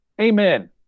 Amen